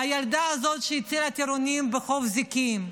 הילדה הזאת שהצילה טירונים בחוף זיקים,